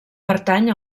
pertany